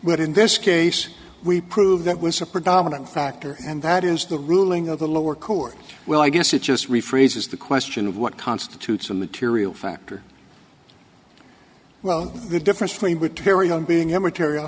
but in this case we proved that was a predominant factor and that is the ruling of the lower court well i guess it just rephrases the question of what constitutes a material factor well the difference between would carry on being immaterial